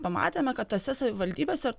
pamatėme kad tose savivaldybėse